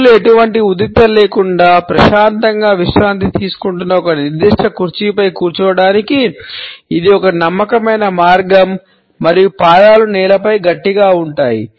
చేతులు ఎటువంటి ఉద్రిక్తత లేకుండా ప్రశాంతంగా విశ్రాంతి తీసుకుంటున్న ఒక నిర్దిష్ట కుర్చీపై కూర్చోవడానికి ఇది ఒక నమ్మకమైన మార్గం మరియు పాదాలు నేలపై గట్టిగా ఉంటాయి